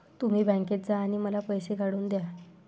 तुम्ही बँकेत जा आणि मला पैसे काढून दया